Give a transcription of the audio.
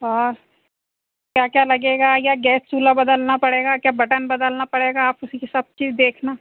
और क्या क्या लगेगा या गैस चूल्हा बदलना पड़ेगा क्या बटन बदलना पड़ेगा आप उसी के सब चीज देखना